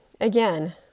again